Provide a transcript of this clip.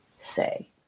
say